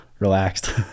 Relaxed